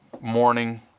morning